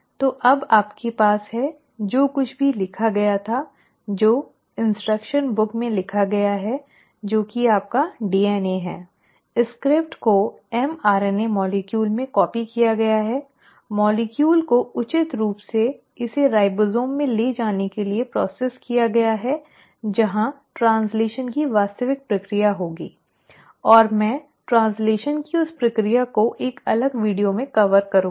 तो अब आपके पास है जो कुछ भी लिखा गया था जो निर्देश पुस्तिका में लिखा गया है जो कि आपका डीएनए है किया गया है स्क्रिप्ट को mRNA अणु में कॉपी किया गया है अणु को उचित रूप से इसे राइबोसोम में ले जाने के लिए संसाधित किया गया है जहां ट्रैन्स्लैशन की वास्तविक प्रक्रिया होगी और मैं ट्रैन्स्लैशन की उस प्रक्रिया को एक अलग वीडियो में अलग से कवर करूंगी